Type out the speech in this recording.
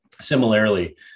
Similarly